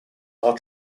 are